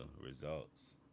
results